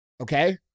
okay